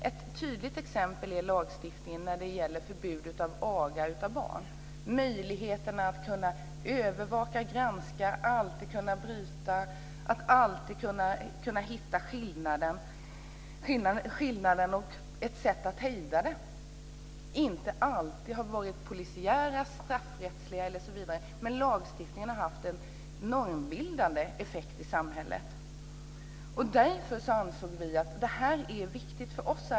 Ett tydligt exempel är lagstiftningen om förbudet av aga av barn. Möjligheter att övervaka, granska, bryta, hitta skillnaden och ett sätt hejda har inte alltid haft polisiära, straffrättsliga osv. men normbildande effekter i samhället. Därför ansåg vi att det här är viktigt för oss.